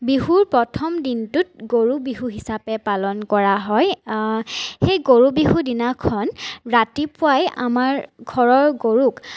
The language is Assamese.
বিহুৰ প্ৰথম দিনটোত গৰু বিহু হিচাপে পালন কৰা হয় সেই গৰু বিহু দিনাখন ৰাতিপুৱাই আমাৰ ঘৰৰ গৰুক